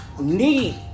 need